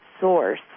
source